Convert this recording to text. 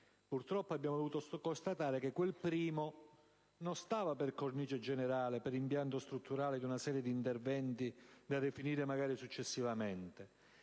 Purtroppo abbiamo dovuto constatare che quel "prime" non stava per cornice generale, per impianto strutturale di una serie di interventi da definire magari successivamente.